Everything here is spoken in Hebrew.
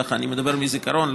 אני מדבר מזיכרון,